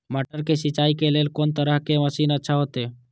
मटर के सिंचाई के लेल कोन तरह के मशीन अच्छा होते?